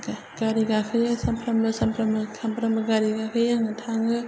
गारि गाखोयो सामफ्रामबो सामफ्रामबो सामफ्रामबो गारि गाखोयो थाङो